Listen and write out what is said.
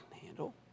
Handle